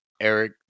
Eric